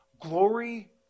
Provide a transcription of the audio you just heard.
glory